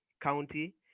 County